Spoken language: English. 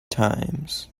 times